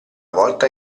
volta